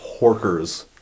Horkers